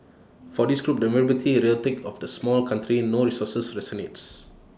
for this group the vulnerability rhetoric of small country no resources resonates